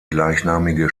gleichnamige